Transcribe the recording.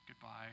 goodbye